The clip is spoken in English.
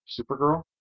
Supergirl